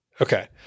Okay